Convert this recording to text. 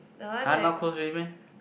[huh] not close already meh